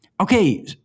Okay